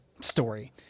story